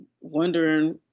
wondering